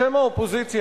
בשם האופוזיציה,